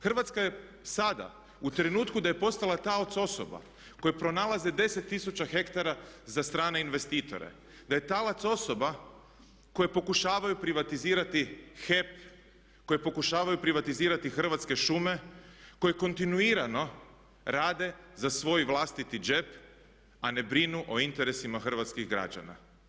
Hrvatska je sada u trenutku da je postala taoc osoba koje pronalaze 10 tisuća hektara za strane investitore, da je talac osoba koja pokušavaju privatizirati HEP, koje pokušavaju privatizirati Hrvatske šume, koji kontinuirano rade za svoj vlastiti džep a ne brinu o interesima hrvatskih građana.